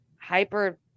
hyper